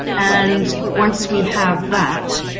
and once we have that,